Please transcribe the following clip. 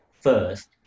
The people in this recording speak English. first